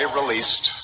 released